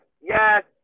yes